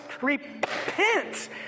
repent